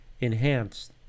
enhanced